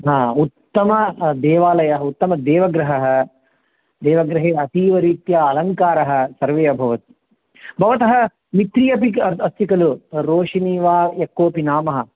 हा उत्तमदेवालयः उत्तमदेवगृहं देवगृहे अतीवरीत्या अलङ्कारः सर्वे अभवत् भवतः मित्री अपि अस्ति खलु रोषिणी वा यः कोपि नाम